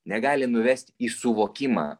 negali nuvest į suvokimą